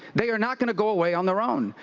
they are not going to go away on their own.